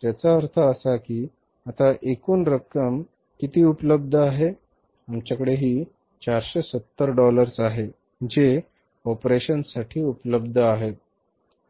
तर याचा अर्थ असा की आता एकूण रक्कम किती उपलब्ध आहे आमच्याकडे ही 470 डॉलर्स आहेत जे ऑपरेशन्ससाठी उपलब्ध आहेत